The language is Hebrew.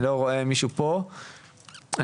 אני לא רואה פה את שמך למרות ששוחחנו השבוע,